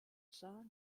cinq